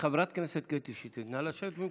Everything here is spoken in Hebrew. חברת הכנסת קטי שטרית, נא לשבת במקומך.